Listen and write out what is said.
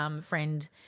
friend